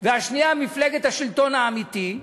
והשנייה מפלגת השלטון האמיתי,